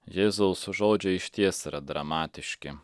jėzaus žodžiai išties yra dramatiški